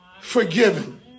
forgiven